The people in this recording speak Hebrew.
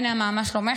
היי, נעמה, מה שלומך?